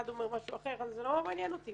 אחד אומר משהו אחר זה לא מעניין אותי.